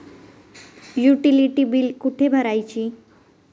Utility बिले कुठे भरायची?